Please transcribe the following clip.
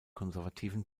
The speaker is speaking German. konservativen